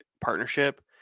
partnership